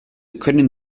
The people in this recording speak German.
können